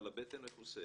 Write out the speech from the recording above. אבל הבטן מכוסה.